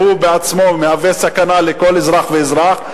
שהוא בעצמו מהווה סכנה לכל אזרח ואזרח,